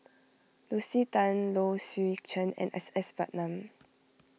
Lucy Tan Low Swee Chen and S S Ratnam